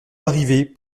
larrivé